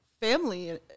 family